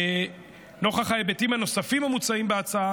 נוכח ההיבטים הנוספים המוצעים בהצעה,